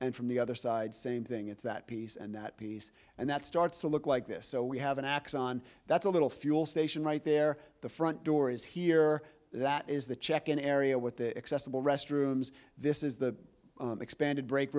and from the other side same thing it's that piece and that piece and that starts to look like this so we have an x on that's a little fuel station right there the front door is here that is the check in area with the excess of all restrooms this is the expanded break